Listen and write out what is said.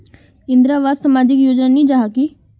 इंदरावास सामाजिक योजना नी जाहा की?